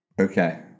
Okay